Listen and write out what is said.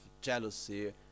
jealousy